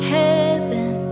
heaven